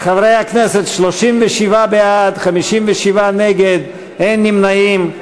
חברי הכנסת, 37 בעד, 57 נגד, אין נמנעים.